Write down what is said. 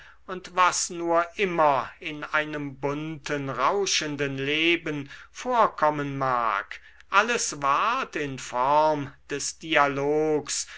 und was nur immer in einem bunten rauschenden leben vorkommen mag alles ward in form des dialogs